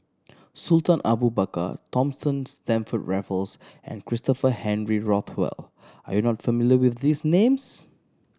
Sultan Abu Bakar Thomas Stamford Raffles and Christopher Henry Rothwell are you not familiar with these names